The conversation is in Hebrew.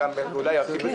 באוטובוס.